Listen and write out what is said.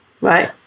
right